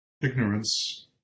ignorance